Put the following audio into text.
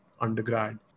undergrad